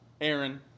Aaron